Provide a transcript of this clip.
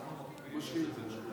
אנחנו מקפיאים את זה בינתיים,